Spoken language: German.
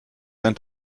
einen